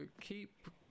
keep